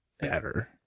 better